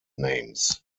names